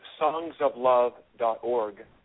songsoflove.org